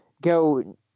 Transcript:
go